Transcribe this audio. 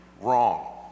Wrong